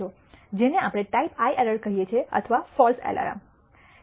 જેને આપણે type I error કહીએ છીએ અથવા ફૉલ્સ એલાર્મ